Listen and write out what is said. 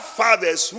fathers